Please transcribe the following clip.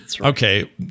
Okay